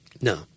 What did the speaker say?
No